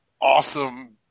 awesome